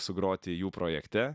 sugroti jų projekte